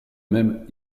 même